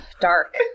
dark